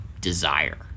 desire